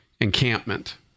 encampment